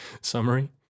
summary